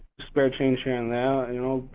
spare change here and there, and you know,